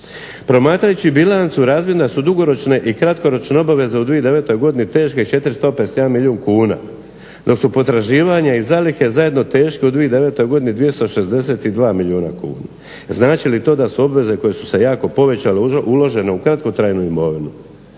Promatrajući bilancu razvidne su dugoročne i kratkoročne obaveze u 2009. godini teške 451 milijun kuna dok su potraživanja i zalihe zajedno teški u 2009. godini 262 milijuna kuna. Znači li to da su obveze koje su se jako povećale uložene u kratkotrajnu imovinu